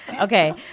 okay